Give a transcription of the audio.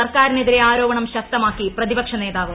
സർക്കാരിനെതിരെ ആരോപണം ശക്തമാക്കി പ്രതിപക്ഷ നേതാവ്